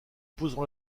posons